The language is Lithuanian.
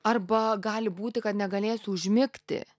arba gali būti kad negalėsiu užmigti